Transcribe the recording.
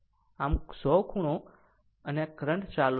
આમ 100 ખૂણો અને આ કરંટ ચાલુ છે